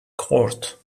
court